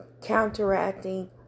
counteracting